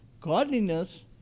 godliness